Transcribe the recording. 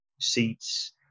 seats